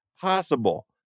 possible